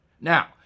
Now